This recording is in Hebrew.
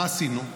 מה עשינו?